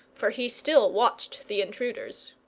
for he still watched the intruders.